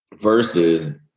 versus